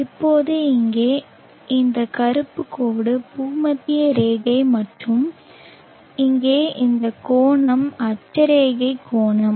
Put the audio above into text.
இப்போது இங்கே இந்த கருப்பு கோடு பூமத்திய ரேகை மற்றும் இங்கே இந்த கோணம் அட்சரேகை கோணம்